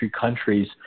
countries